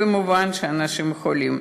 ומובן שאנשים חולים.